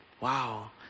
Wow